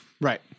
Right